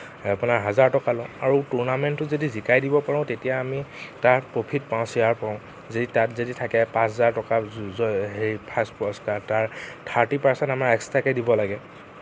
আপোনাৰ হাজাৰ টকা লওঁ আৰু টুৰ্নামেণ্টো যদি জিকাই দিব পাৰোঁ তেতিয়া আমি তাৰ প্ৰফিট পাওঁ শ্বেয়াৰ পাওঁ যদি তাত থাকে পাঁচ হাজাৰ টকা ফাৰ্ষ্ট পুৰস্কাৰ তাৰ থাৰ্টি পাৰ্চেণ্ট আমাৰ এক্সট্ৰাকে দিব লাগে